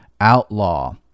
outlaw